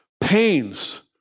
pains